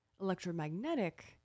electromagnetic